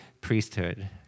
priesthood